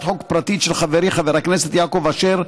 חוק פרטית של חברי חבר הכנסת יעקב אשר,